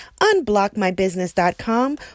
unblockmybusiness.com